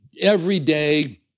everyday